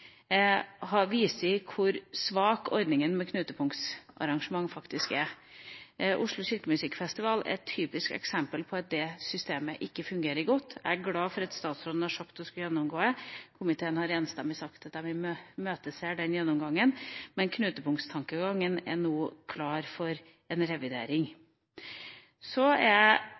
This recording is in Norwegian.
har vist hvor svak ordninga med knutepunktsarrangement faktisk er. Oslo internasjonale Kirkemusikkfestival er et typisk eksempel på at det systemet ikke fungerer godt. Jeg er glad for at statsråden har sagt at hun skal gjennomgå det. Komiteen har enstemmig sagt at de imøteser den gjennomgangen – knutepunktstankegangen er nå klar for en revidering. Så er